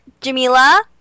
Jamila